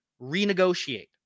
renegotiate